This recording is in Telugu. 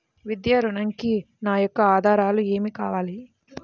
విద్యా ఋణంకి నా యొక్క ఆధారాలు ఏమి కావాలి?